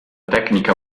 tecnica